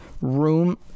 room